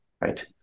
right